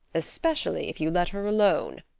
especially if you let her alone.